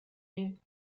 you